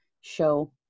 show